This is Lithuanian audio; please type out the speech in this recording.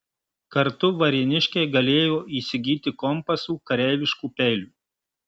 kartu varėniškiai galėjo įsigyti kompasų kareiviškų peilių